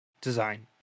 design